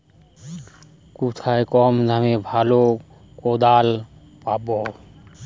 কোথায় কম দামে ভালো কোদাল পাব?